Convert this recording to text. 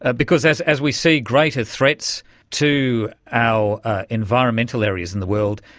ah because as as we see greater threats to our environmental areas in the world,